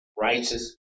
righteous